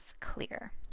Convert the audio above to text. Clear